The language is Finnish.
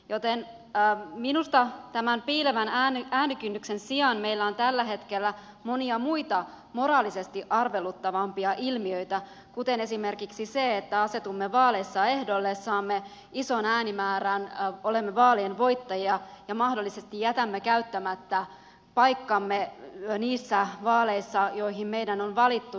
joten minusta tämän piilevän äänikynnyksen sijaan meillä on tällä hetkellä monia muita moraalisesti arveluttavampia ilmiöitä kuten esimerkiksi se että asetumme vaaleissa ehdolle saamme ison äänimäärän olemme vaalien voittajia ja mahdollisesti jätämme käyttämättä paikkamme niissä vaaleissa joihin meidät on valittu